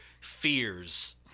fears